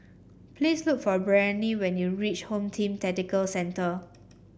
please look for Breanne when you reach Home Team Tactical Centre